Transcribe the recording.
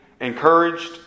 encouraged